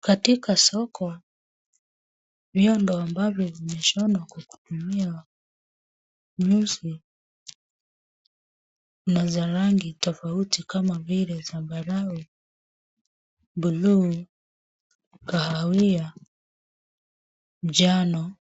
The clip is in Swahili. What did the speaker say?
Katika soko, vyondo ambavyo vimeshonwa kwa kutumia nyuzi za rangi tofauti kama vile zambarau, blue , kahawia, njano,